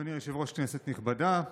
אדוני היושב-ראש, כנסת נכבדה,